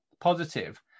positive